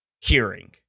hearing